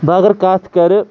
بہٕ اگر کَتھ کَرٕ